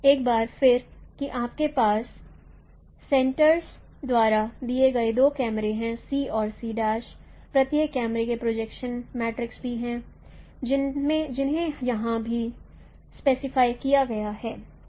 एक बार फिर कि आपके पास सेंटरस द्वारा दिए गए दो कैमरे हैं और प्रत्येक कैमरे के प्रोजेक्शन मैट्रेस भी हैं जिन्हें यहां भी स्पेसिफाइ किया गया है